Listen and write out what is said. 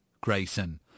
Grayson